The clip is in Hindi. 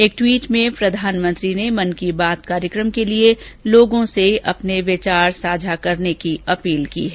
एक टवीट में प्रधानमंत्री ने मन की बात कार्यक्रम के लिए लोगों से अपने विचार साझा करने की अपील की है